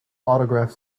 autograph